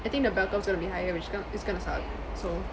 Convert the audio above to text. I think the bell curve is going to be higher which kind of is going to suck so